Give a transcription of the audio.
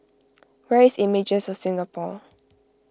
where is Images of Singapore